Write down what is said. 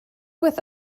with